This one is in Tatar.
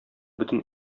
бөтен